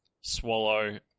Swallow